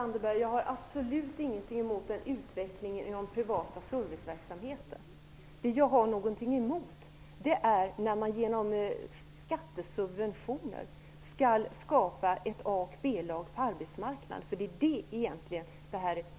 Herr talman! Jag har absolut ingenting emot en utveckling inom den privata serviceverksamheten. Det jag har något emot är att med hjälp av skattesubventioner skapa ett A och B-lag på arbetsmarknaden.